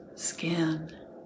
skin